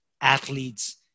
athletes